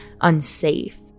unsafe